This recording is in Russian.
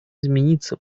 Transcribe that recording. измениться